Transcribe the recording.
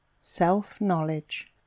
Self-Knowledge